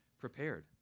prepared